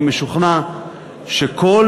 אני משוכנע שכל